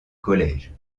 collège